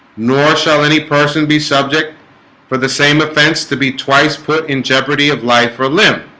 nor shall any person be subject for the same offense to be twice put in jeopardy of life or limb,